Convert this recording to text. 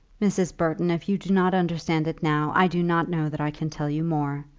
mrs. burton, if you do not understand it now, i do not know that i can tell you more.